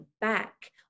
back